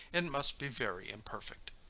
and must be very imperfect.